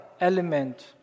element